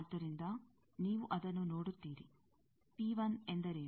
ಆದ್ದರಿಂದ ನೀವು ಅದನ್ನು ನೋಡುತ್ತೀರಿ ಎಂದರೇನು